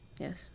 yes